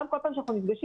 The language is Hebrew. גם כל פעם כשאנחנו נפגשים,